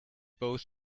both